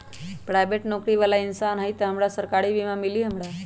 Private नौकरी बाला इंसान हई त हमरा सरकारी बीमा मिली हमरा?